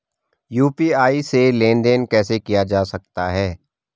UPI से लेनदेन कैसे किया जा सकता है?